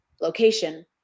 location